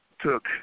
took